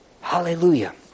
Hallelujah